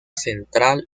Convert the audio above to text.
central